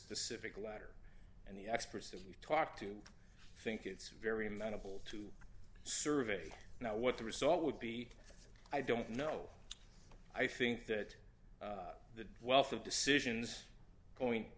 specific letter and the experts that we've talked to think it's very amenable to surveys now what the result would be i don't know i think that the wealth of decisions going